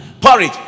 porridge